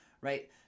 right